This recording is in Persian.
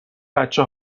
بچه